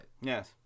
yes